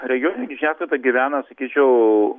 regioninė žiniasklaida gyvena sakyčiau